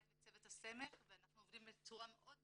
וצוות הסמך ואנחנו עובדים בצורה של